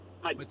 Hi